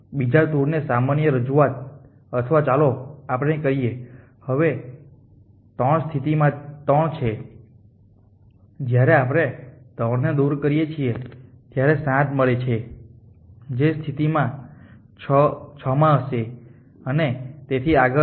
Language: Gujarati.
બીજી ટૂરને સામાન્ય રજૂઆત અથવા ચાલો આપણે કરીએ હવે 3 સ્થિતિમાં 3 છે જ્યારે આપણે 3 ને દૂર કરીએ છીએ ત્યારે 7 મળે છે જે સ્થિતિ 6 માં હશે અને તેથી આગળ